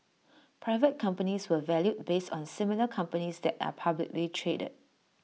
private companies were valued based on similar companies that are publicly traded